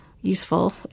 useful